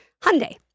Hyundai